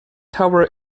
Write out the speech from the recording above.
tower